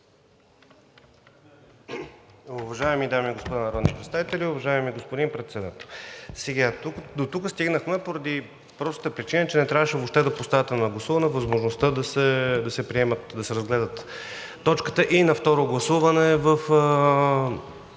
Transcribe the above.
Уважаеми дами и господа народни представители! Уважаеми господин Председател, дотук стигнахме поради простата причина, че не трябваше въобще да поставяте на гласуване възможността да се разгледа точката и на второ гласуване в